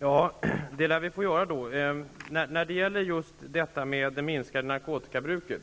Fru talman! Det lär vi få göra då. Det är naturligtvis som socialministern säger när det gäller det minskade narkotikabruket.